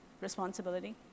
responsibility